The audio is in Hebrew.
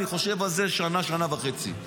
אני חושב על זה שנה-שנה וחצי.